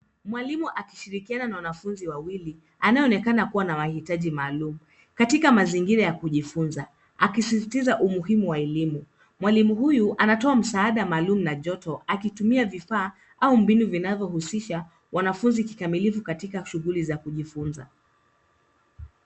Mwalimu akishirikiana na wanafunzi wawili, anayeonekana kuwa na mahitaji maalum. Katika mazingira ya kujifunza akisisitiza umuhimu wa elimu. Mwalimu huyu anatoa msaada maalum na joto akitumia vifaa au mbinu vinavyohusisha wanafunzi kikamilifu katika shughuli za kujifunza.